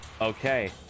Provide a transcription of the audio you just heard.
okay